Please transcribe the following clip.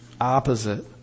opposite